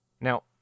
Now